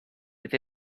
with